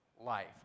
life